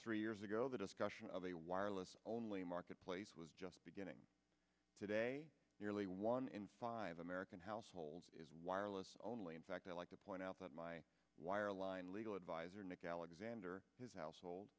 three years ago the discussion of a wireless only marketplace was just beginning today nearly one in five american households is wireless only in fact i'd like to point out that my wireline legal adviser nick alexander his household